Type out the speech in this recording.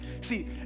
See